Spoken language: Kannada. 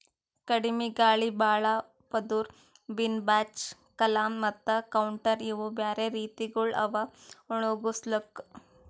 ಕಡಿಮಿ ಗಾಳಿ, ಭಾಳ ಪದುರ್, ಬಿನ್ ಬ್ಯಾಚ್, ಕಾಲಮ್ ಮತ್ತ ಕೌಂಟರ್ ಇವು ಬ್ಯಾರೆ ರೀತಿಗೊಳ್ ಅವಾ ಒಣುಗುಸ್ಲುಕ್